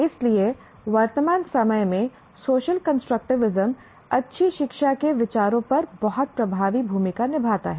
इसलिए वर्तमान समय में सोशल कंस्ट्रक्टिविज्म अच्छी शिक्षा के विचारों पर बहुत प्रभावी भूमिका निभाता है